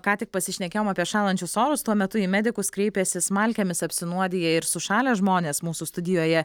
ką tik pasišnekėjom apie šąlančius orus tuo metu į medikus kreipėsi smalkėmis apsinuodiję ir sušalę žmonės mūsų studijoje